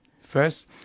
First